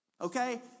Okay